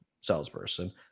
salesperson